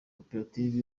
koperative